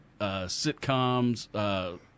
sitcoms